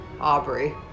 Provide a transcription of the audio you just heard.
Aubrey